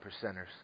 percenters